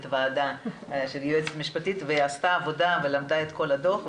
הוועדה שעשתה עבודה ולמדה את כל הדו"ח,